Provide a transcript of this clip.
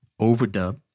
overdub